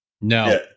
no